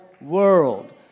world